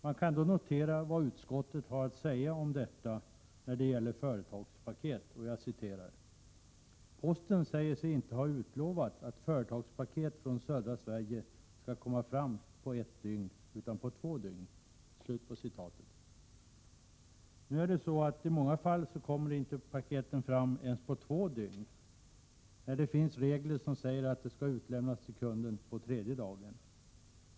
Man kan notera vad utskottet har att säga om företagspaket: ”Posten säger sig inte ha utlovat att företagspaket från södra Sverige skall komma fram på ett dygn utan på två dygn.” Men i många fall kommer paketen inte ens fram på två dygn — trots att det finns regler som säger att paket skall utlämnas till kunden på tredje dagen.